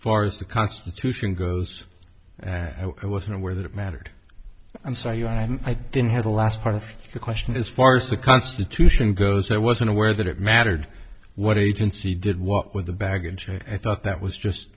far as the constitution goes i wasn't aware that it mattered i'm sorry i didn't hear the last part of the question as far as the constitution goes i wasn't aware that it mattered what agency did what with the baggage i thought that was just